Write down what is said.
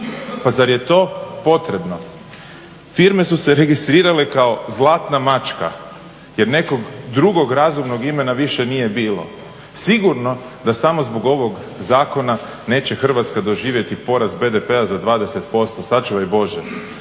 Pa zar je to potrebno? Firme su se registrirale kao "Zlatna mačka" jer nekog drugog razumnog imena više nije bilo. Sigurno da samo zbog ovog zakona neće Hrvatska doživjeti porast BDP-a za 20%, sačuvaj Bože,